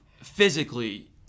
physically